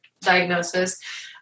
diagnosis